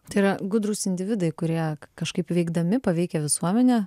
tai yra gudrūs individai kurie kažkaip veikdami paveikia visuomenę